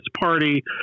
party